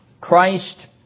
Christ